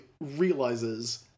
realizes